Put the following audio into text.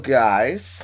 guys